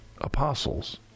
apostles